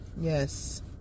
Yes